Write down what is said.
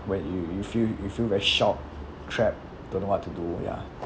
where you'll you feel you'll feel very shocked trapped don't know what to do ya